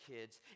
kids